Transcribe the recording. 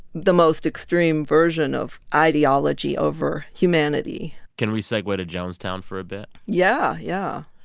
the most extreme version of ideology over humanity can we segue to jonestown for a bit? yeah, yeah